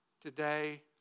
today